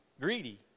greedy